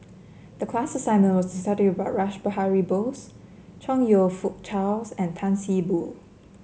the class assignment was to study about Rash Behari Bose Chong You Fook Charles and Tan See Boo